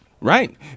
Right